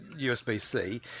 usb-c